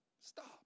Stop